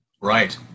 Right